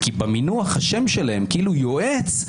כי במינוח השם שלהם, כאילו יועץ.